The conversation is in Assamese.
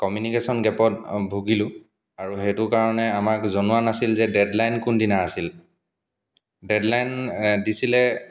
কমিউনিকেশ্যন গেপত ভুগিলোঁ আৰু সেইটো কাৰণে আমাক জনোৱা নাছিল যে ডেডলাইন কোনদিনা আছিল ডেডলাইন দিছিলে